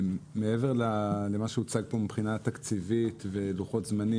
מעבר למה שהוצג פה מבחינה תקציבית ולוחות זמנים,